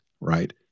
right